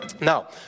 Now